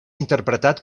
interpretat